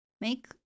make